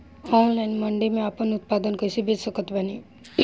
Online मंडी मे आपन उत्पादन कैसे बेच सकत बानी?